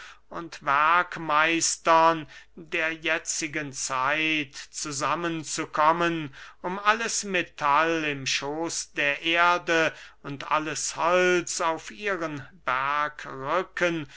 und werkmeistern der jetzigen zeit zusammen zu kommen um alles metall im schoß der erde und alles holz auf ihren